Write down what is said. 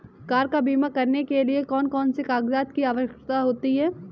Car का बीमा करने के लिए कौन कौन से कागजात की आवश्यकता होती है?